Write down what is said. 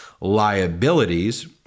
liabilities